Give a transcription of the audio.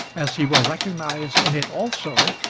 as he will recognise in it also,